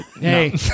hey